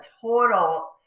total